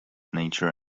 nature